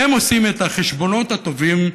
הם עושים את החשבונות הטובים.